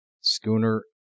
Schooner